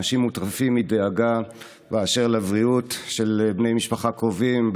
אנשים מוטרפים מדאגה באשר לבריאות של בני משפחה קרובים,